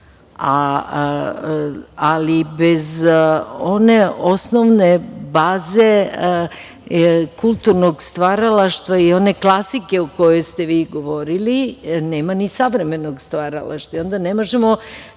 ali bez one osnovne baze kulturnog stvaralaštva i one klasike o kojoj ste vi govorili nema ni savremenog stvaralaštva. Onda ne možemo